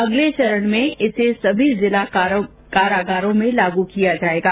अगले चरण में इसे सभी जिला कारागारों में भी लागू किया जायेगा